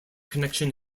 connection